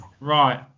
Right